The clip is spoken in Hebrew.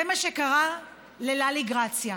זה מה שקרה לללי גרציה,